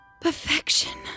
Perfection